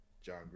John